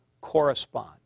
correspond